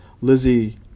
Lizzie